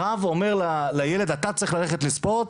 הרב אומר לילד אתה צריך ללכת לספורט.